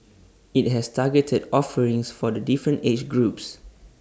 IT has targeted offerings for the different age groups